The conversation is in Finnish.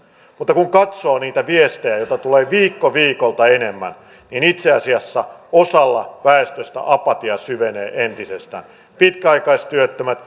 mutta kun katsoo niitä viestejä joita tulee viikko viikolta enemmän niin itse asiassa osalla väestöstä apatia syvenee entisestään pitkäaikaistyöttömät